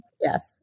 Yes